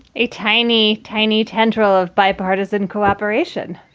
a tiny, tiny tendril of bipartisan cooperation